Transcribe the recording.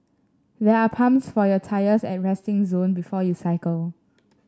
there are pumps for your tyres at the resting zone before you cycle